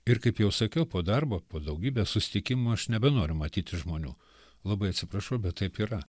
ir kaip jau sakiau po darbo po daugybės susitikimų aš nebenoriu matyti žmonių labai atsiprašau bet taip yra